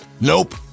Nope